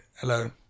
Hello